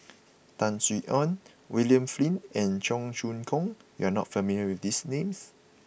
Tan Sin Aun William Flint and Cheong Choong Kong you are not familiar with these names